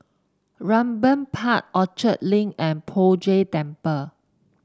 Raeburn Park Orchard Link and Poh Jay Temple